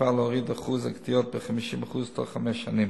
בשאיפה להוריד אחוז הקטיעות ב-50% בתוך חמש שנים.